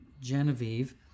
Genevieve